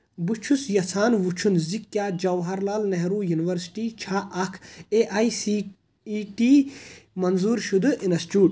بہٕ چھُس یژھان وٕچھُن زِ کیٛاہ جواہر لال نہروٗ یُنورسِٹی چھا اکھ A I C T E منظور شُدٕ اِنسچوٗٹ ؟